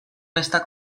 festa